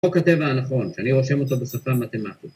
חוק הטבע הנכון שאני רושם אותו בשפה מתמטית